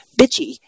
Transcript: bitchy